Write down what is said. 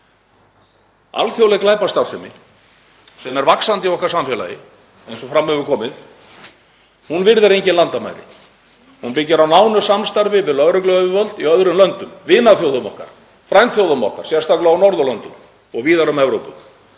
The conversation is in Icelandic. Alþjóðleg glæpastarfsemi er vaxandi í okkar samfélagi eins og fram hefur komið. Hún virðir engin landamæri. Þetta byggist á nánu samstarfi við lögregluyfirvöld í öðrum löndum, vinaþjóðum okkar, frændþjóðum okkar, sérstaklega á Norðurlöndum og víðar um Evrópu.